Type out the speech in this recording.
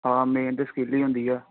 ਹਾਂ ਮੇਨ ਤਾਂ ਸਕਿੱਲ ਹੀ ਹੁੰਦੀ ਆ